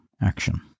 action